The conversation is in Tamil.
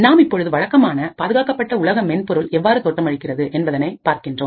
நாம் இப்பொழுது வழக்கமான பாதுகாக்கப்பட்ட உலக மென்பொருள் எவ்வாறு தோற்றமளிக்கிறது என்பதை பார்க்கின்றோம்